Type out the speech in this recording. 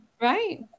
right